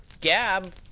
gab